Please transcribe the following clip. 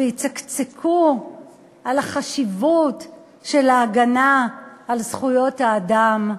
ויצקצקו על החשיבות של ההגנה על זכויות האדם,